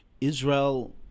Israel